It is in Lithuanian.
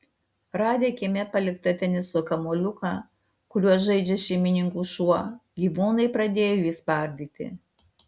radę kieme paliktą teniso kamuoliuką kuriuo žaidžia šeimininkų šuo gyvūnai pradėjo jį spardyti